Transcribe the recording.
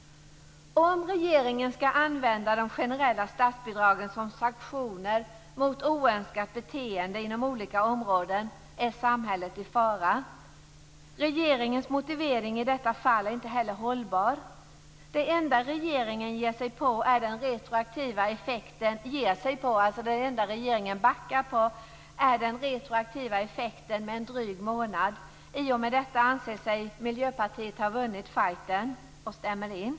Om regeringen skall använda de generella statsbidragen som sanktioner mot oönskat beteende inom olika områden är samhället i fara. Dessutom är regeringens motivering i detta fall inte hållbar. Det enda som regeringen backar på är den retroaktiva effekten om en dryg månad. I och med detta anser sig Miljöpartiet ha vunnit fighten och instämmer.